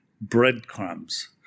breadcrumbs